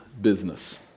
business